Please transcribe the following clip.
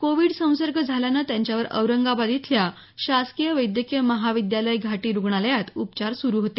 Covid संसर्ग झाल्यानं त्यांच्यावर औरंगाबाद इथल्या शासकीय वैद्यकीय महाविद्यालय घाटी रुग्णालयात उपचार सुरू होते